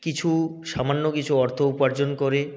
কিছু সামান্য কিছু অর্থ উপার্জন করে